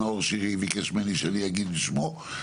מה שנאור שירי ביקש ממני שאני אגיד בשמו,